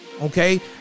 Okay